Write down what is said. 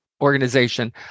organization